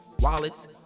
wallets